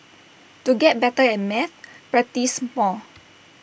to get better at maths practise more